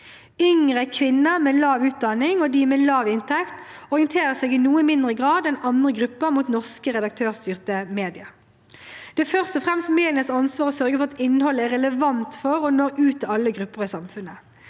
Yngre, kvinner, de med lav utdanning og de med lav inntekt orienterer seg i noe mindre grad enn andre grupper mot norske redaktørstyrte medier. Det er først og fremst medienes ansvar å sørge for at innholdet er relevant for og når ut til alle grupper i samfunnet.